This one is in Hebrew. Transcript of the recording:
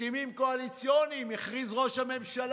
הסכמים קואליציוניים, הכריז ראש הממשלה: